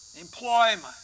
employment